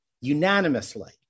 unanimously